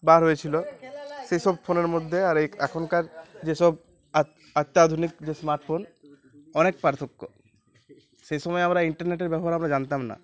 বার হয়েছিলো সেইসব ফোনের মধ্যে আর এই এখনকার যেসব অত্যাধুনিক যে স্মার্ট ফোন অনেক পার্থক্য সেই সময় আমরা ইন্টারনেটের ব্যবহার আমরা জানতাম না